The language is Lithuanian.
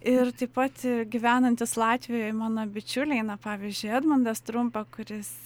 ir taip pat gyvenantys latvijoj mano bičiuliai na pavyzdžiui edmundas trumpa kuris